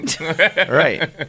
Right